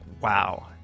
wow